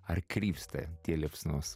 ar krypsta tie liepsnos